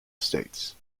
states